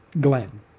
Glenn